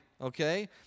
okay